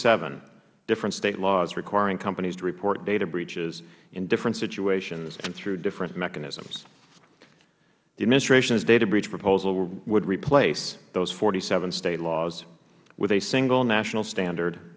seven different state laws requiring companies to report data breaches in different situations and through different mechanisms the administration's data breach proposal would replace those forty seven state laws with a single national standard